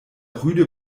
rüde